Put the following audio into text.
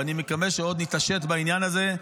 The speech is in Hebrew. ואני מקווה שעוד נתעשת בעניין הזה,